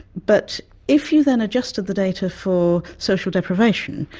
but if you then adjusted the data for social deprivation,